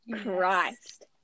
Christ